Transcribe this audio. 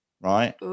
right